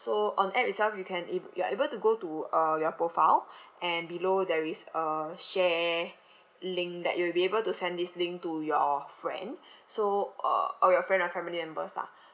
so on the app itself you can ab~ you are able to go to uh your profile and below there is a share link that you will be able to send this link to your friend so uh all your friend or family members lah